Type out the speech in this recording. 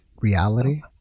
reality